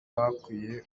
hakwiye